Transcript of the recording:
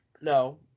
No